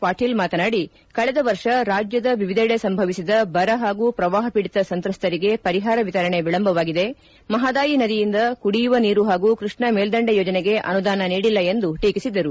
ಪಾಟೀಲ್ ಮಾತನಾಡಿ ಕಳೆದ ವರ್ಷ ರಾಜ್ಯದ ವಿವಿಧೆಡೆ ಸಂಭವಿಸಿದ ಬರ ಹಾಗೂ ಪ್ರವಾಪ ಪೀಡಿತ ಸಂತ್ರಸ್ತರಿಗೆ ಪರಿಹಾರ ವಿತರಣೆ ವಿಳಂಬವಾಗಿದೆ ಮಹಾದಾಯಿ ನದಿಯಿಂದ ಕುಡಿಯುವ ನೀರು ಹಾಗೂ ಕೃಷ್ಣ ಮೇಲ್ದಂಡೆ ಯೋಜನೆಗೆ ಅನುದಾನ ನೀಡಿಲ್ಲ ಎಂದು ಟೀಕಿಸಿದರು